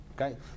Okay